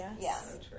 Yes